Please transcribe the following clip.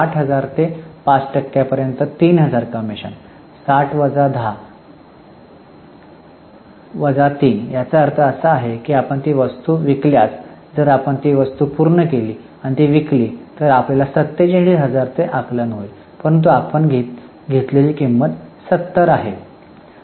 तर 60000 ते 5 टक्क्यांपर्यंत 3000 कमिशन 60 वजा १० वजा 3 याचा अर्थ असा की आपण ती वस्तू विकल्यास जर आपण ती वस्तू पूर्ण केली आणि ती विकली तर आपल्याला 47000 चे आकलन होईल परंतु आपण घेतलेली किंमत 70 आहे